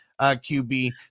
QB